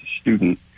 student